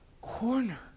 corner